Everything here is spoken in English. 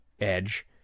Edge